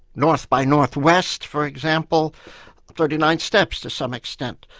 north by north-west, for example the thirty-nine steps, to some extent,